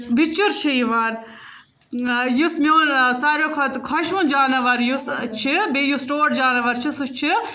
بِچُر چھِ یِوان یُس میون ساروی کھۄتہٕ خۄشوُن جاناوار یُس چھِ بیٚیہِ یُس ٹوٹھ جاناوار چھِ سُہ چھِ